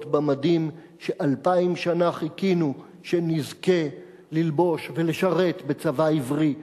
במדים שאלפיים שנה חיכינו שנזכה ללבוש ולשרת בצבא עברי,